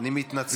אני מתנצל.